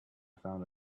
found